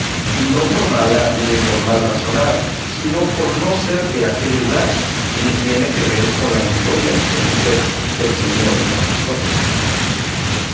no por mala ni por mal razonada sino por no ser de aquel lugar ni tiene que ver con la historia de su merced del señor don quijote